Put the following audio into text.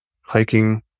hiking